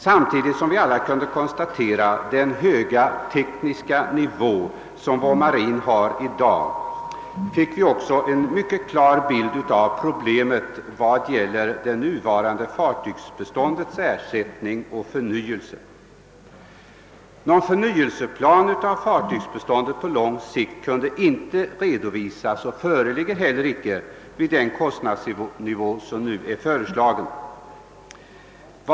Samtidigt som vi alla kunde konstatera den höga tekniska nivå som vår marin nu har fick vi en mycket klar bild av problemet med det nuvarande fartygsbeståndets ersättning och förnyelse. Någon förnyelseplan av fartygsbeståndet på lång sikt kunde inte redovisas och föreligger heller icke vid den kostnadsnivå som nu har föreslagits.